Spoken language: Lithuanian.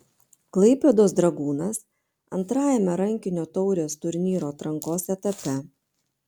klaipėdos dragūnas antrajame rankinio taurės turnyro atrankos etape